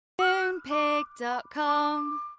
Moonpig.com